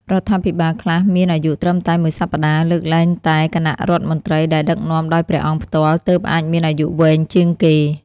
រដ្ឋាភិបាលខ្លះមានអាយុត្រឹមតែមួយសប្ដាហ៍ លើកលែងតែគណៈរដ្ឋមន្ត្រីដែលដឹកនាំដោយព្រះអង្គផ្ទាល់ ទើបអាចមានអាយុវែងជាងគេ។